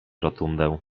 rotundę